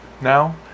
now